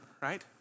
right